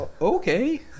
Okay